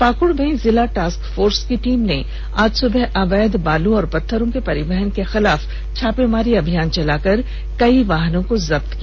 पाकड़ में जिला task force की टीम ने आज सुबह अवैध बालू और पत्थरों के परिवहन के खिलाफ छापेमारी अभियान चलाकर कई वाहनों को जब्त किया